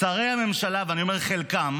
שרי הממשלה, ואני אומר חלקם,